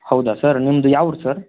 ಹೌದಾ ಸರ್ ನಿಮ್ದು ಯಾವೂರು ಸರ್